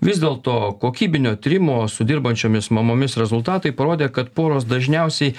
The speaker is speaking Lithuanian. vis dėlto kokybinio tyrimo su dirbančiomis mamomis rezultatai parodė kad poros dažniausiai